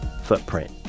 footprint